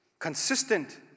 Consistent